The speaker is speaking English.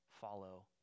follow